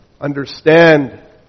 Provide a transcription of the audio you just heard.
understand